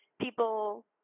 people